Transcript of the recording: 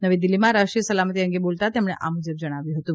નવી દિલ્હીમાં રાષ્ટ્રીય સલામતી અંગે બોલતાં તેમણે આ મુજબ જણાવ્યું હતું